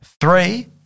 three